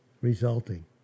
resulting